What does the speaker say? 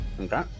Okay